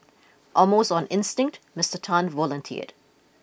almost on instinct Mister Tan volunteered